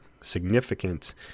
significant